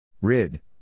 Rid